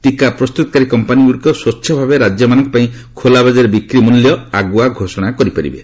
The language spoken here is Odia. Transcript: ଟିକା ପ୍ରସ୍ତୁତକାରୀ କମ୍ପାନିଗୁଡ଼ିକ ସ୍ପଚ୍ଛଭାବେ ରାଜ୍ୟମାନଙ୍କ ପାଇଁ ଖୋଲାବକାରରେ ବିକ୍ରି ମୂଲ୍ୟ ଆଗୁଆ ଘୋଷଣା କରିପାରିବେ